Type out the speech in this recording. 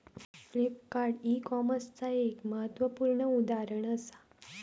Flipkart e कॉमर्सचाच एक महत्वपूर्ण उदाहरण असा